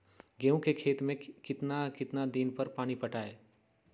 गेंहू के खेत मे कितना कितना दिन पर पानी पटाये?